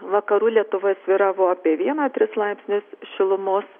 vakarų lietuvoj svyravo apie vieną tris laipsnius šilumos